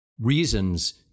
reasons